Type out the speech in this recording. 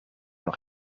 nog